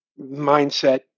mindset